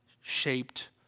shaped